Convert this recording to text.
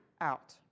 out